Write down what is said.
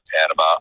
Panama